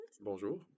Bonjour